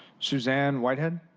susan whitehead?